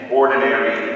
ordinary